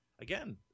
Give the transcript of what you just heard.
again